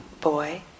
boy